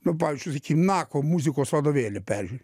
nu pavyzdžiui saky nako muzikos vadovėlį peržiūriu